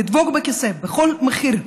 לדבוק בכיסא בכל מחיר.